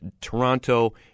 Toronto